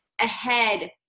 ahead